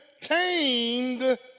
Tamed